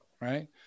Right